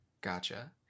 gotcha